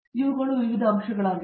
ಆದ್ದರಿಂದ ಇವುಗಳು ವಿವಿಧ ಅಂಶಗಳಾಗಿವೆ